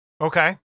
Okay